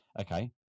okay